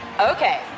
Okay